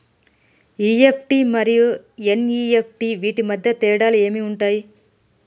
EFT మరియు NEFT వీటి మధ్య తేడాలు ఏమి ఉంటాయి?